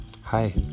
Hi